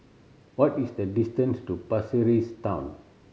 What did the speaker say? what is the distance to Pasir Ris Town